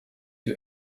you